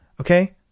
Okay